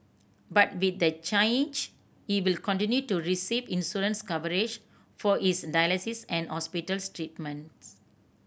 but with the change he will continue to receive insurance coverage for his dialysis and hospital treatments